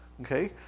okay